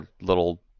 little